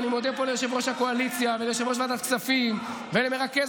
ואני מודה פה ליושב-ראש הקואליציה וליושב-ראש ועדת כספים ולמרכז